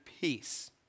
peace